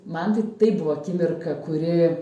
man tai tai buvo akimirka kuri